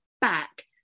back